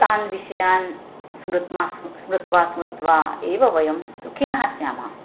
तान् विषयान् स्मृत्वा स्मृत्वा स्मृत्वा स्मृत्वा एव वयं सुखिनः स्यामः